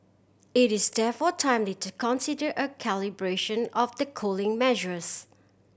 it is therefore timely to consider a calibration of the cooling measures